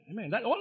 Amen